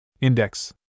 Index